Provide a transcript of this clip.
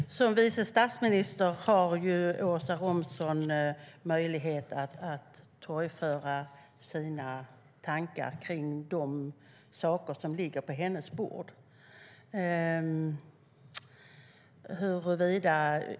Herr talman! Som vice statsminister har ju Åsa Romson möjlighet att torgföra sina tankar kring de frågor som ligger på hennes bord.